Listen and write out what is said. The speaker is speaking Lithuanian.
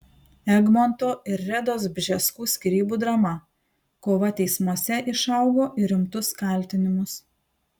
egmonto ir redos bžeskų skyrybų drama kova teismuose išaugo į rimtus kaltinimus